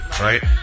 Right